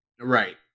Right